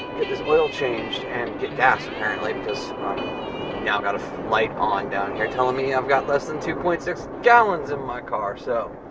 oil changed and get gas apparently because i've now got a light on down here telling me i've got less than two point six gallons in my car. so,